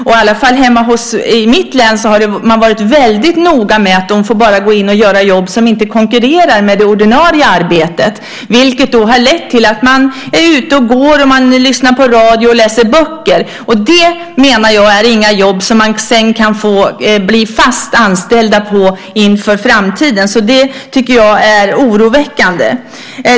I mitt län har man varit noga med att de får bara gå in och göra jobb som inte konkurrerar med det ordinarie arbetet, vilket har lett till att de är ute och går, lyssnar på radio och läser böcker. Det är inga jobb som de sedan kan bli fast anställda på inför framtiden. Det är oroväckande.